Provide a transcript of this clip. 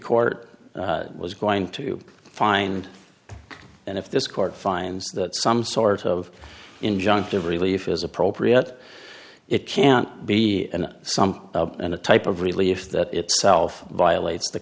court was going to find and if this court finds that some sort of injunctive relief is appropriate it can't be an some type of relief that itself violates the